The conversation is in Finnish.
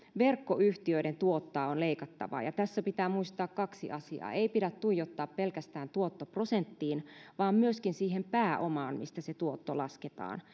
verkkoyhtiöiden tuottoa on leikattava ja tässä pitää muistaa kaksi asiaa ei pidä tuijottaa pelkästään tuottoprosenttiin vaan myöskin siihen pääomaan mistä se tuotto lasketaan